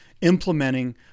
implementing